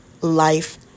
life